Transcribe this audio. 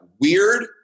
Weird